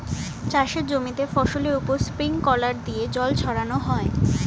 চাষের জমিতে ফসলের উপর স্প্রিংকলার দিয়ে জল ছড়ানো হয়